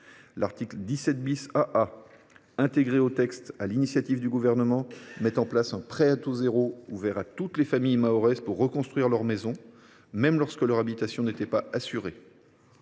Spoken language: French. L’article 17 AA, intégré au texte sur l’initiative du Gouvernement, met en place un prêt à taux zéro ouvert à toutes les familles mahoraises pour reconstruire leur maison, même lorsque leur habitation n’était pas assurée.